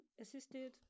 assisted